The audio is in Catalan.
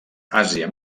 àsia